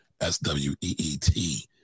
S-W-E-E-T